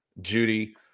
Judy